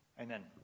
Amen